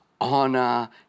honor